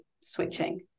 switching